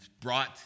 brought